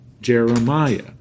Jeremiah